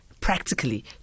Practically